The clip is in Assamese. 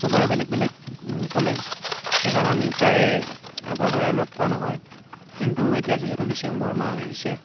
চবৰে বেলেগ বেলেগ কলেজ সেইকাৰণে আমি প্ৰায় আগৰ দৰে লগ পোৱা নহয় কিন্তু এতিয়া যিহেতু ডিচেম্বৰ মাহ আহিছে